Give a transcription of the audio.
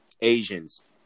Asians